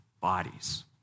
bodies